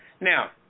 Now